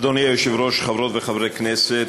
אדוני היושב-ראש, חברות וחברי הכנסת,